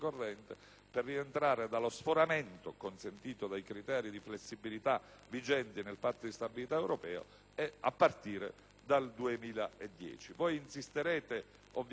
per rientrare dallo sforamento consentito dai criteri di flessibilità previsti nel Patto di stabilità europeo a partire dal 2010. Voi insisterete ovviamente